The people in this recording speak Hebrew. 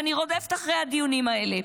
אני רודפת אחרי הדיונים האלה.